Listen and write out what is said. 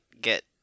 get